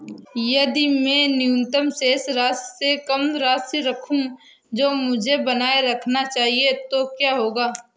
यदि मैं न्यूनतम शेष राशि से कम राशि रखूं जो मुझे बनाए रखना चाहिए तो क्या होगा?